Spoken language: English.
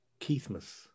keithmas